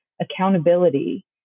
accountability